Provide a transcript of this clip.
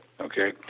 okay